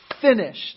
finished